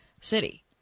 city